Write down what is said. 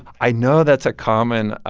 i know that's a common